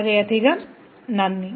വളരെയധികം നന്ദി